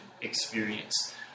experience